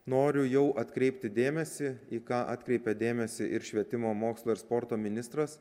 noriu jau atkreipti dėmesį į ką atkreipė dėmesį ir švietimo mokslo ir sporto ministras